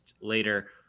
later